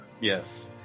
Yes